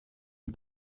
n’y